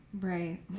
Right